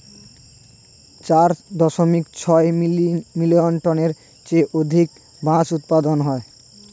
চার দশমিক ছয় মিলিয়ন টনের চেয়ে অধিক বাঁশ উৎপাদন হয়